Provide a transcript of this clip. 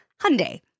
Hyundai